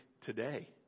today